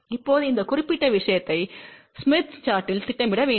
இப்போது இந்த குறிப்பிட்ட விஷயத்தை ஸ்மித் விளக்கப்படத்தில் திட்டமிட வேண்டும்